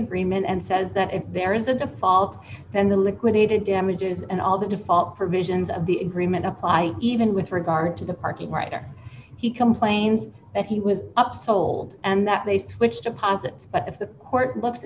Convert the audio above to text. agreement and says that if there is a default then the liquidated damages and all the default provisions of the agreement apply even with regard to the parking right or he complains that he was up sold and that they switched deposits but if the court looks